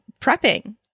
prepping